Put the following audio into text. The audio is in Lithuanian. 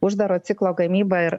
uždaro ciklo gamybą ir